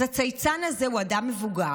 אז הצייצן הזה הוא אדם מבוגר,